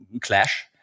clash